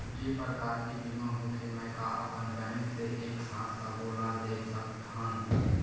के प्रकार के बीमा होथे मै का अपन बैंक से एक साथ सबो ला देख सकथन?